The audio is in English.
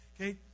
Okay